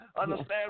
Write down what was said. understand